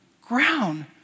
ground